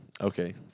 okay